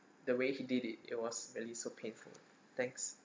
the way he did it it was really so painful thanks